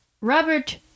Robert